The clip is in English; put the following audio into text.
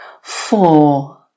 four